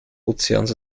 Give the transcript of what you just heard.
ozeans